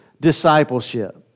discipleship